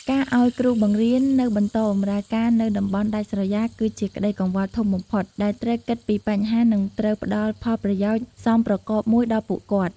ការឱ្យគ្រូបង្រៀននៅបន្តបម្រើការនៅតំបន់ដាច់ស្រយាល គឺជាក្តីកង្វល់ធំបំផុត ដែលត្រូវគិតពីបញ្ហានិងត្រូវផ្តល់ផលប្រយោជន៍សមប្រកបមួយដល់ពួកគាត់។